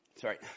Sorry